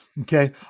Okay